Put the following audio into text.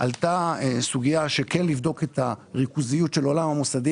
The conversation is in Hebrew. עלתה סוגייה של כן לבדוק את הריכוזיות של עולם המוסדיים.